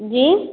जी